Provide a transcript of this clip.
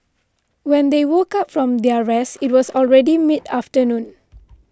when they woke up from their rest it was already mid afternoon